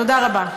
תודה רבה.